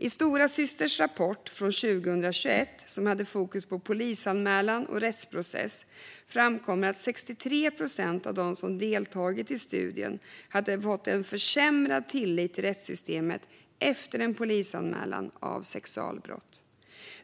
I Storasysters rapport från 2021, som hade fokus på polisanmälan och rättsprocess, framkom att 63 procent av dem som deltagit i studien hade fått en försämrad tillit till rättssystemet efter en polisanmälan av sexualbrott.